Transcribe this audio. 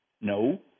No